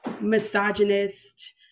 misogynist